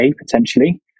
potentially